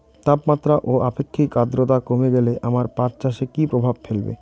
তাপমাত্রা ও আপেক্ষিক আদ্রর্তা কমে গেলে আমার পাট চাষে কী প্রভাব ফেলবে?